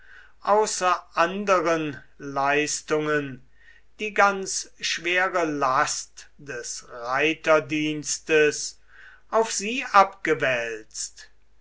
außer anderen leistungen die ganze schwere last des reiterdienstes auf sie abgewälzt